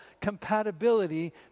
compatibility